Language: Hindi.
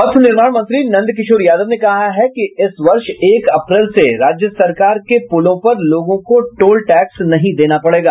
पथ निर्माण मंत्री नंदकिशोर यादव ने कहा है कि इस वर्ष एक अप्रैल से राज्य सरकार की पुलों पर लोगों को टोल टैक्स नहीं देना पड़ेगा